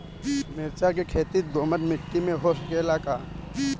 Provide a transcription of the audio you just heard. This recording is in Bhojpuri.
मिर्चा के खेती दोमट माटी में हो सकेला का?